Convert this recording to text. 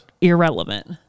irrelevant